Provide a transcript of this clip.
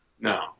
No